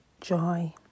joy